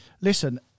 Listen